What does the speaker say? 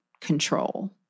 control